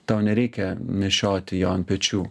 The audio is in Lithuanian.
tau nereikia nešioti jo ant pečių